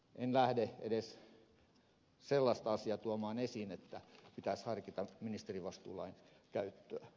en lähde edes sellaista asiaa tuomaan esiin että pitäisi harkita ministerivastuulain käyttöä